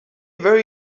very